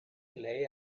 lei